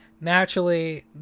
naturally